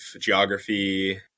geography